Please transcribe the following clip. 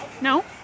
No